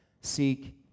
seek